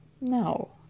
no